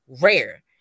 rare